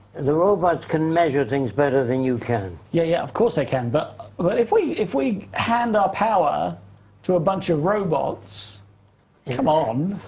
and the robots can measure things better than you can. yeah, yeah, of course they can but but if we if we hand our power to a bunch of robots come on,